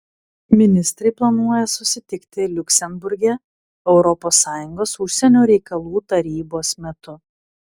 ministrai planuoja susitikti liuksemburge europos sąjungos užsienio reikalų tarybos metu